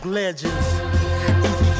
legends